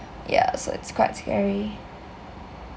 yah so it's quite scary